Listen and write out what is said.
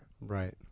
Right